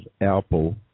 apple